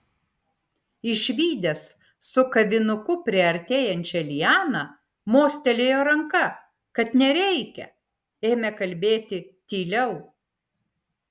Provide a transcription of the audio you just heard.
išvydęs su kavinuku priartėjančią lianą mostelėjo ranka kad nereikia ėmė kalbėti tyliau